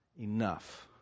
enough